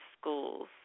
schools